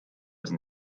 than